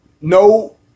no